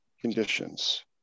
conditions